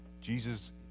Jesus